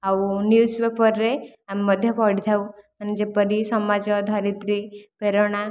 ଆଉ ନ୍ୟୁଜ ପେପର୍ରେ ଆମେ ମଧ୍ୟ ପଢ଼ିଥାଉ ମାନେ ଯେପରି ସମାଜ ଧରିତ୍ରୀ ପ୍ରେରଣା